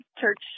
church